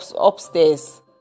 upstairs